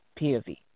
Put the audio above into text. POV